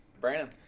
Brandon